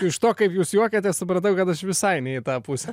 iš to kaip jūs juokiatės supratau kad aš visai ne į tą pusę